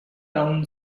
town